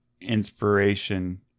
inspiration